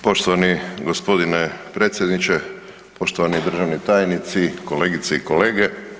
Poštovani g. predsjedniče, poštovani državni tajnici, kolegice i kolege.